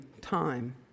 time